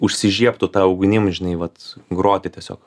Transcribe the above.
užsižiebtų ta ugnim žinai vat groti tiesiog